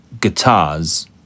guitars